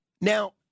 Now